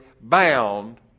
bound